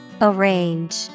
Arrange